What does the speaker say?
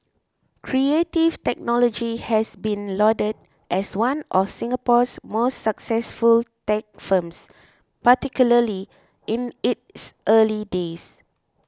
Creative Technology has been lauded as one of Singapore's most successful tech firms particularly in its early days